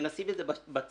ונשים את זה בצד,